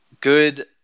good